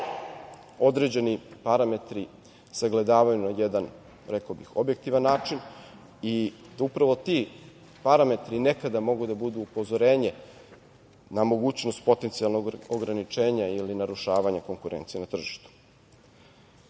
određeni parametri sagledavaju na jedan, rekao bih, objektivan način. Upravo ti parametri nekada mogu da budu upozorenje na mogućnost potencijalnog ograničenja ili narušavanja konkurencije na tržištu. Krajem